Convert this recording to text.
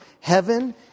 Heaven